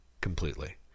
Completely